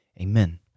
Amen